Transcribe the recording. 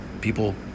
people